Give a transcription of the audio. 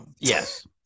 Yes